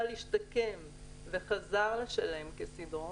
אבל השתקם וחזר לשלם כסדרו,